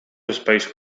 espais